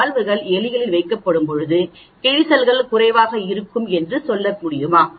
வால்வுகள் எலிகளில் வைக்கப்படும் போது கிழிசல் குறைவாக இருக்கும் என்று சொல்ல முடியுமா